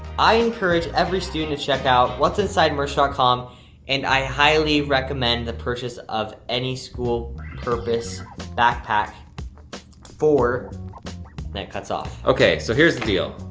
i encourage every student to check out whatsinsidemerch dot com and i highly recommend the purchase of any school purpose backpack for, and then it cuts off. okay, so here's the deal,